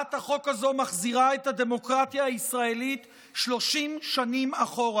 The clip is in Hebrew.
הצעת החוק הזו מחזירה את הדמוקרטיה הישראלית 30 שנים אחורה.